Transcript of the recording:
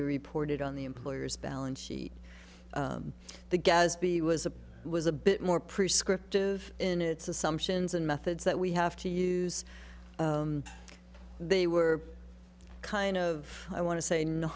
be reported on the employer's balance sheet the gaspe was a was a bit more prescribed in its assumptions and methods that we have to use they were kind of i want to say no